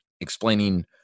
explaining